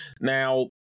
Now